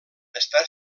està